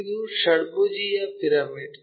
ಇದು ಷಡ್ಭುಜೀಯ ಪಿರಮಿಡ್